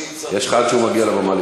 יש לך זמן להתחרט עד שהוא מגיע לבמה.